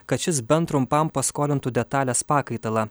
kad šis bent trumpam paskolintų detalės pakaitalą